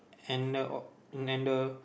and a o~ and a